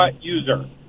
user